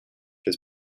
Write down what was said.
his